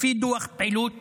לפי דוח פעילות